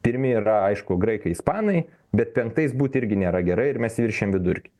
pirmi yra aišku graikai ispanai bet penktais būt irgi nėra gerai ir mes viršijam vidurkį